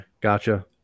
Gotcha